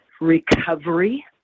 recovery